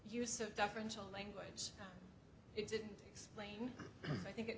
use of deferential language it didn't explain i think it